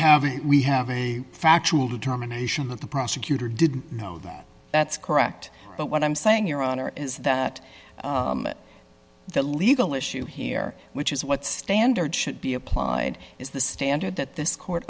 have a we have a factual determination that the prosecutor didn't know that that's correct but what i'm saying your honor is that the legal issue here which is what standard should be applied is the standard that this court